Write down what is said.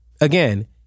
again